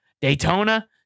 Daytona